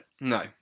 No